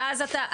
ואז אתה,